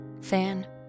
fan